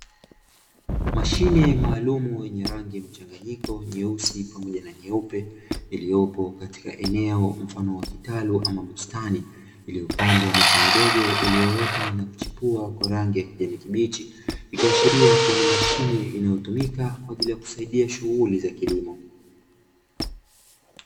Mashine maalum yenye rangi mchanganyiko nyeusi pamoja na nyeupe iliyopo katika eneo mfano wa kitalu ama bustani iliyopandwa miche midogo iliyoota na kuchipua kwa rangi ya kijani kibichi, ikiashiria ni mashine inayo tumika kwajili ya kusaidia shughuli za kilimo